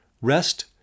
rest